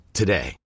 today